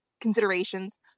considerations